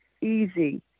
easy